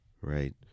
Right